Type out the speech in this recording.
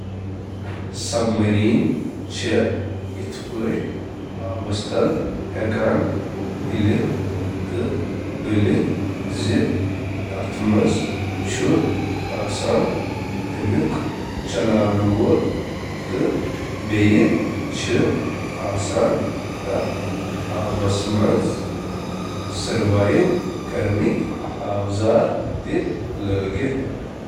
جوش و خروش چُھ کشش ثقل کہِ مخالف طرفہٕ کٲم کران، یوس جہاز بۄن کُن کٔڑِتھ۔ اکھ باقٲعدٕ ناو ہیٚکہِ نہٕ پنٕنۍ پُرجوش کنٹرول یا تبدیل کٔرِتھ، مگر اکھ آبدوز ہیٚکہِ کٔرِتھ۔ امہٕ سۭتۍ چُھ آبدوز آبس تل غوطہ لگاونک یا سطحس پیٹھ ینک اجازت دیوان۔